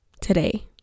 today